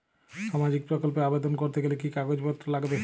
সামাজিক প্রকল্প এ আবেদন করতে গেলে কি কাগজ পত্র লাগবে?